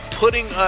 putting